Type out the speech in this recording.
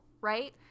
right